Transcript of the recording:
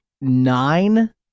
nine